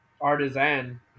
Artisan